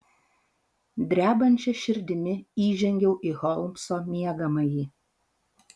drebančia širdimi įžengiau į holmso miegamąjį